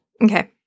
Okay